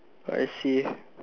I see